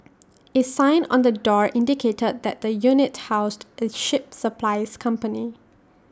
A sign on the door indicated that the unit housed A ship supplies company